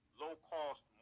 low-cost